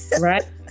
right